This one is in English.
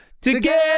together